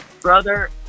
brother